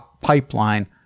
Pipeline